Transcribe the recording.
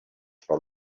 from